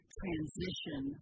transition